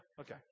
okay